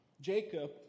Jacob